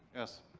yes.